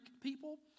people